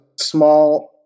small